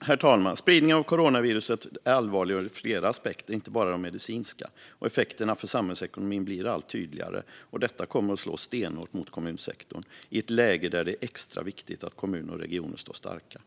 Herr talman! Spridningen av coronaviruset är allvarlig ur flera aspekter, inte bara de medicinska. Effekterna för samhällsekonomin blir allt tydligare, och detta kommer att slå stenhårt mot kommunsektorn i ett läge där det är extra viktigt att kommuner och regioner står starka.